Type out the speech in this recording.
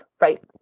right